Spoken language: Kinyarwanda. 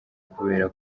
kubera